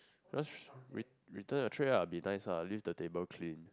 just ret~ return your tray ah be nice ah leave the table clean